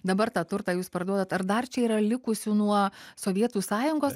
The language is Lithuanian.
dabar tą turtą jūs parduodat ar dar čia yra likusių nuo sovietų sąjungos